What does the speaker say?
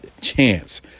chance